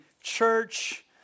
church